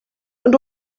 ond